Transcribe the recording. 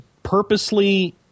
purposely